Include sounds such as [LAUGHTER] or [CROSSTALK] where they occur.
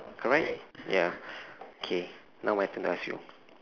correct ya [BREATH] K now my turn to ask you